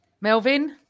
Melvin